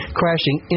crashing